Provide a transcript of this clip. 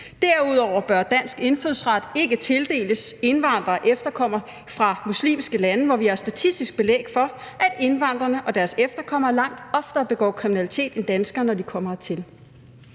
Derudover bør dansk indfødsret ikke tildeles indvandrere og efterkommere fra muslimske lande, som vi har statistisk belæg for langt oftere begår kriminalitet end danskere, når de kommer hertil.